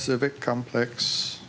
civic complex